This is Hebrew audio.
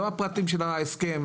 לא הפרטים של ההסכם.